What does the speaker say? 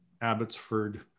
Abbotsford